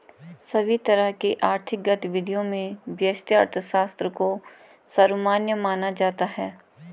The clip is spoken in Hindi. सभी तरह की आर्थिक गतिविधियों में व्यष्टि अर्थशास्त्र को सर्वमान्य माना जाता है